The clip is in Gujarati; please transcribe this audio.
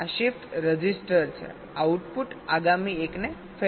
આ શિફ્ટ રજિસ્ટર છે આઉટપુટ આગામી એકને ફેડ કરવામાં આવે છે